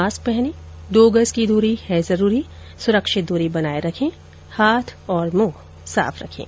mask पहनें दो गज़ की दूरी है जरूरी सुरक्षित दूरी बनाए रखें हाथ और मुंह साफ रखें